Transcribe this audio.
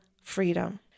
freedom